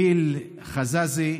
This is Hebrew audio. גיל חזאזי,